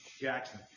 Jackson